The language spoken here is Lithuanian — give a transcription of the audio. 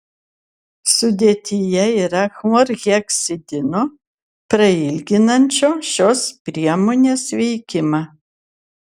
sudėtyje yra chlorheksidino prailginančio šios priemonės veikimą